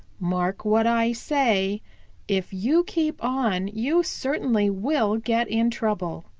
mark what i say if you keep on you certainly will get in trouble.